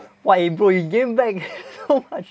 !wah! eh bro you gain back how much